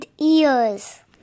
ears